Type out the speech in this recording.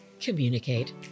Communicate